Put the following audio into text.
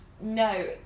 No